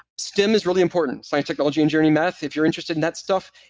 stem is really important science, technology, engineering, math. if you're interested in that stuff,